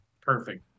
Perfect